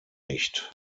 nicht